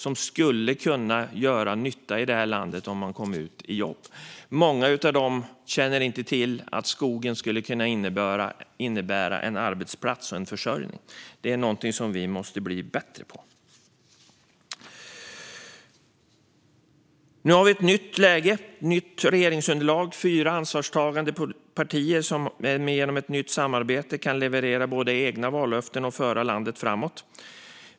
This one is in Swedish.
De skulle kunna göra nytta i det här landet om de kom ut i jobb. Många av dem känner inte till att skogen skulle kunna innebära en arbetsplats och en försörjning. Det här är någonting som vi måste bli bättre på. Nu har vi ett nytt läge och ett nytt regeringsunderlag med fyra ansvarstagande partier som genom ett nytt samarbete kan leverera egna vallöften och föra landet framåt.